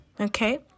Okay